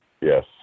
Yes